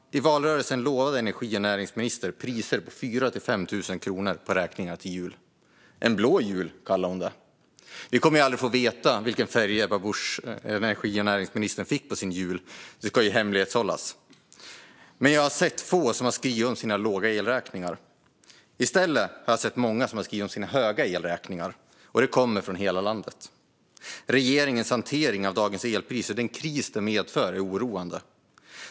I valrörelsen lovade energi och näringsministern elräkningar på 4 000-5 000 kronor till jul. En blå jul kallade hon det. Vi kommer aldrig att få veta vilken färg energi och näringsminister Ebba Busch fick på sin jul. Det ska ju hemlighållas. Men jag har sett få som har skrivit om sina låga elräkningar. I stället har jag sett många som har skrivit om sina höga elräkningar, och de kommer från hela landet. Regeringens hantering av dagens elpriser och den kris de medför är oroande.